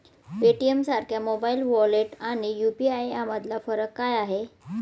पेटीएमसारख्या mobile wallet आणि UPI यामधला फरक काय आहे?